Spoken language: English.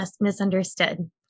misunderstood